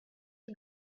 you